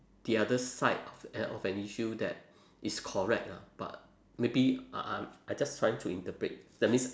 the other side of an of an issue that is correct lah but maybe I I'm I just trying to interpret that means